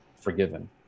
forgiven